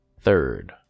Third